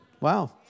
Wow